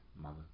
Mother